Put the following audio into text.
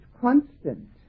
constant